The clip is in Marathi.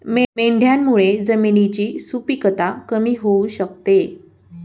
मेंढ्यांमुळे जमिनीची सुपीकता कमी होऊ शकते